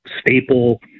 staple